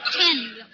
Ten